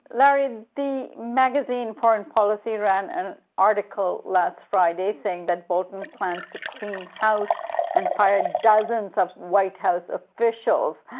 larry, and the magazine foreign policy ran an article last friday saying that bolton plans to clean house and fire dozens of white house officials.